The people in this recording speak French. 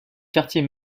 quartier